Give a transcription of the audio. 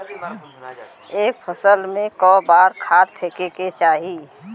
एक फसल में क बार खाद फेके के चाही?